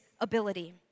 ability